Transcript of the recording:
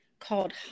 called